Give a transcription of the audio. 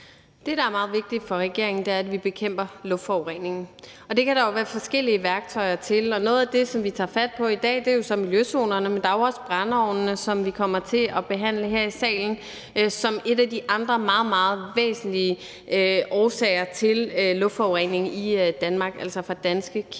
Det, der er meget vigtigt for regeringen, er, at vi bekæmper luftforureningen, og det kan der jo være forskellige værktøjer til, og noget af det, vi tager fat på i dag, er jo så miljøzonerne, men der er også brændeovnene, som vi kommer til at behandle her i salen som en af de andre meget, meget væsentlige årsager til luftforureningen i Danmark, altså fra danske kilder.